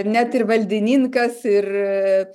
net ir valdininkas ir